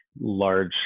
large